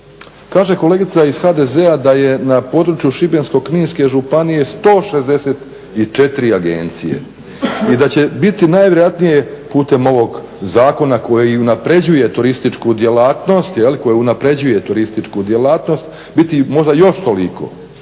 Kaže kolegica iz HDZ-a da je na području Šibensko-kninske županije 164 agencije i da će biti najvjerojatnije putem ovog zakona koji i unapređuje turističku djelatnost, koji